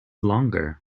longer